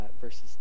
verses